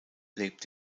lebt